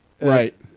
right